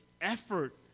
effort